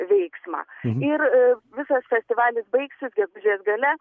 veiksmą ir visas festivalis baigsis gegužės gale